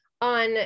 On